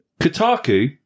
Kotaku